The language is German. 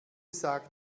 sage